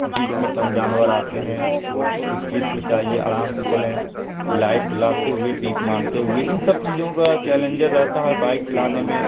بیچ میں کم جانور آتے ہیں اس چیز کو چاہیے آرام سے چلیں لائٹ جلاتے ہوئے پیپ مارتے ہوئے ان سب چیزوں کا چیلنجر رہتا ہے بائک چلانے میں